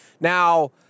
Now